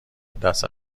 دست